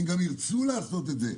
והן גם ירצו לעשות את זה.